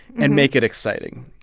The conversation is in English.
and make it exciting.